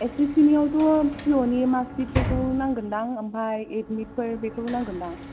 S S C नियावथ' पिअ नि मार्कचिटफोरखौ नांगोनदां ओमफ्राय एडमिटउफोर बेखौबो नांगोनदां